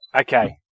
Okay